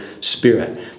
spirit